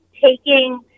taking